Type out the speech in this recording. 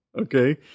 okay